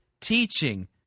teaching